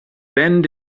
bend